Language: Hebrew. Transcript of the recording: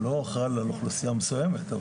הוא לא חל על אוכלוסיה מסויימת.